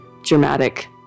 Dramatic